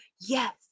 yes